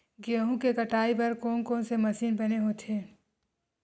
गेहूं के कटाई बर कोन कोन से मशीन बने होथे?